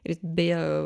ir beje